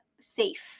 safe